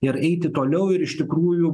ir eiti toliau ir iš tikrųjų